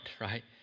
right